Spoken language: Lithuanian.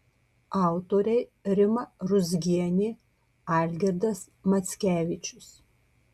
autoriai rima ruzgienė algirdas mackevičius